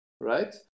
right